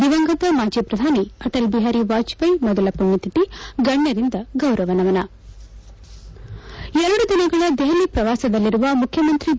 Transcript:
ದಿವಂಗತ ಮಾಜಿ ಪ್ರಧಾನಿ ಅಟಲ್ ಬಿಹಾರಿ ವಾಜಿಪೇಯಿ ಮೊದಲ ಮಣ್ಯತಿಥಿ ಗಣ್ಯರಿಂದ ಗೌರವ ನಮನ ಎರಡು ದಿನಗಳ ದೆಹಲಿ ಪ್ರವಾಸದಲ್ಲಿರುವ ಮುಖ್ಯಮಂತ್ರಿ ಬಿ